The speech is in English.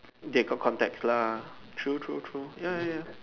they got contacts lah true true true ya ya ya